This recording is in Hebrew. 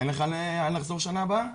אין לך לאן לחזור בשנה הבאה,